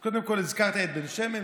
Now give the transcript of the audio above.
אז קודם כול, הזכרת את בן שמן.